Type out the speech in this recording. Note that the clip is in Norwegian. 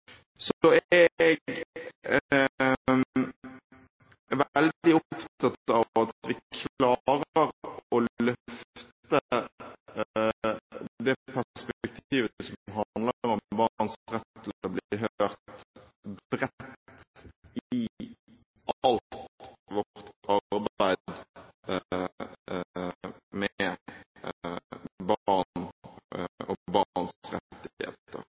Så er jeg veldig opptatt av at vi klarer å løfte det perspektivet som handler om barns rett til å bli hørt, bredt i alt vårt arbeid med barn og barns rettigheter.